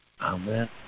Amen